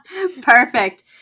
Perfect